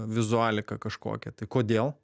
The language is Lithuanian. vizualiką kažkokią tai kodėl